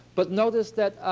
but notice that,